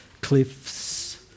cliffs